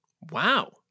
Wow